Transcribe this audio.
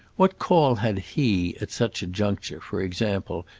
what call had he, at such a juncture, for example,